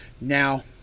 Now